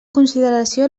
consideració